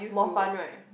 more fun right